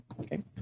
Okay